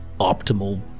optimal